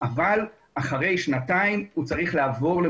אבל הוא גם קובע שהוועדה הפנימית